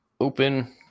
open